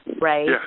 right